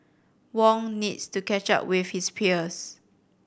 Wong needs to catch up with his peers